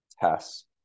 tests